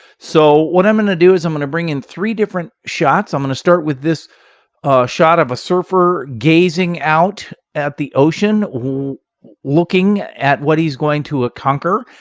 so what i'm going to do is i'm going to bring in three different shots. i'm going to start with this shot of a surfer gazing out at the ocean, looking at what he's going to a conquer.